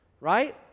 right